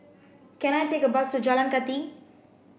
can I take a bus to Jalan Kathi